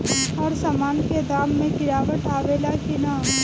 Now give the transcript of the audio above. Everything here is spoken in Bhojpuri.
हर सामन के दाम मे गीरावट आवेला कि न?